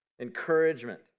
encouragement